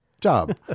job